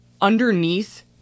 underneath